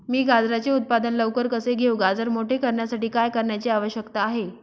मी गाजराचे उत्पादन लवकर कसे घेऊ? गाजर मोठे करण्यासाठी काय करण्याची आवश्यकता आहे?